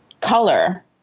color